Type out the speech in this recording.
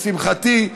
לשמחתי,